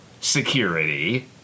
security